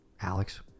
Alex